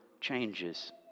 changes